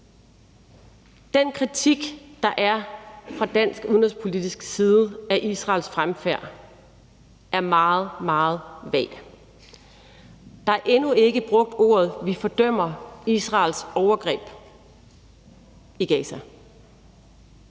Den kritik, der er fra dansk udenrigspolitisk side, af Israels fremfærd, er meget, meget vag. Der er endnu ikke brugt ordene vi fordømmer Israels overgreb i Gaza.